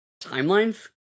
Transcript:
timelines